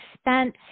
spent